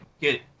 get